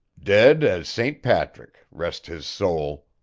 dead as saint patrick rest his sowl!